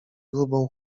grubą